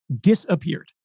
Disappeared